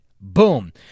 Boom